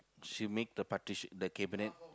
she make the partition the cabinet